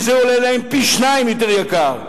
זה עולה להם פי-שניים, זה יותר יקר.